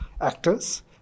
actors